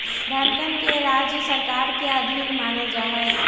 धनकर के राज्य सरकार के अधीन मानल जा हई